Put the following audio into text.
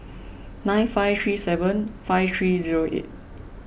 nine five three seven five three zero eight